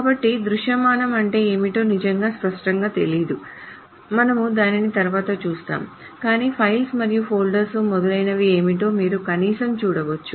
కాబట్టి దృశ్యమానం అంటే ఏమిటో నిజంగా స్పష్టంగా తెలియదు మనము దానిని తరువాత చూస్తాము కాని ఫైల్స్ మరియు ఫోల్డర్లు మొదలైనవి ఏమిటో మీరు కనీసం చూడవచ్చు